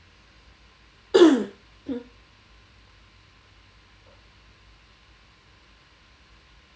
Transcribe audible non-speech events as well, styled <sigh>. <coughs>